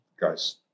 guy's